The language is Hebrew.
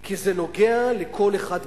כי זה נוגע לכל אחד בבטן.